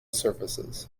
surfaces